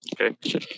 Okay